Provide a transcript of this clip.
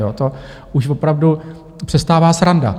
To už opravdu přestává sranda.